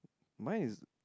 mine is